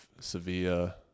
Sevilla